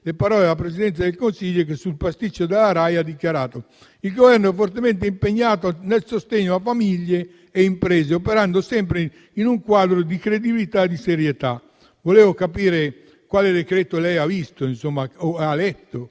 le parole della Presidente del Consiglio che, sul pasticcio della RAI, ha dichiarato che il Governo è fortemente impegnato nel sostegno a famiglie e imprese, operando sempre in un quadro di credibilità e di serietà. Ebbene, volevo capire quale decreto lei abbia letto